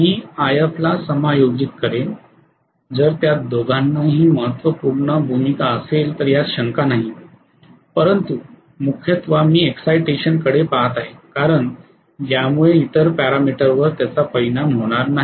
मी If ला समायोजित करेन जर त्या दोघांनाही महत्त्वपूर्ण भूमिका असेल तर यात काही शंका नाही परंतु मुख्यतः मी इक्साइटेशन कडे पाहत आहे कारण यामुळे इतर पॅरामीटरवर त्याचा परिणाम होणार नाही